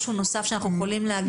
משהו נוסף שאנחנו יכולים להגדיר?